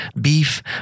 beef